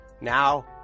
now